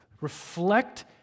Reflect